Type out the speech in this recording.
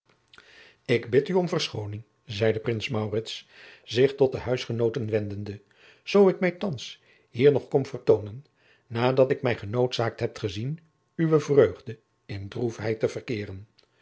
ik bid u om verschoning zeide prins maurits zich tot de huisgenoten wendende zoo ik mij thands hier nog kom vertoonen nadat ik mij genoodzaakt heb gezien uwe vreugde in droefheid te verkeeren